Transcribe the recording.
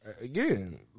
again